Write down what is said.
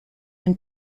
and